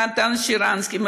ונתן שרנסקי,